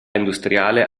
industriale